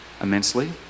immensely